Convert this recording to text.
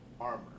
Armor